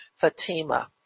Fatima